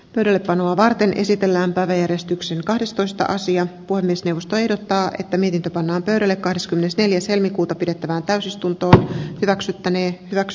reppanoa varten esitellään päiväjärjestyksen kahdestoista sija puhemiesneuvosto ehdottaa että niitä pannaan pöydälle kahdeskymmenesneljäs helmikuuta pidettävään täysistuntoa raksuttaneen brax